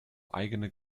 eigene